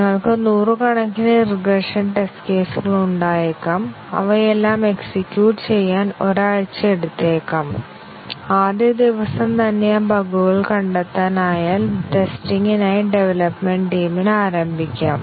ഞങ്ങൾക്ക് നൂറുകണക്കിന് regression test കേസുകൾ ഉണ്ടായേക്കാം അവയെല്ലാം എക്സിക്യൂട്ട് ചെയ്യാൻ ഒരാഴ്ച എടുത്തേക്കാം ആദ്യ ദിവസം തന്നെ ആ ബഗുകൾ കണ്ടെത്താനായാൽ ടെസ്റ്റിംഗിനായി ഡവലപ്മെന്റ് ടീമിനു ആരംഭിക്കാം